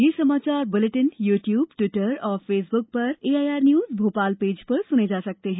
ये समाचार bulletin YouTube Twitter और फेसबुक पर एआईआर न्यूज भोपाल पेज पर सुने जा सकते हैं